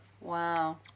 Wow